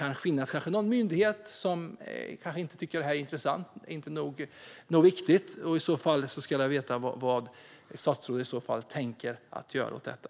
Det finns kanske någon myndighet som inte tycker att detta är intressant eller nog viktigt. I så fall skulle jag vilja veta vad statsrådet tänker göra åt detta.